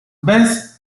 best